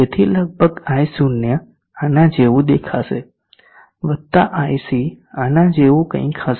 તેથી લગભગ i0 આના જેવું દેખાશે વત્તા iC આના જેવું કંઈક દેખાશે